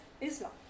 Islam